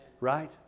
Right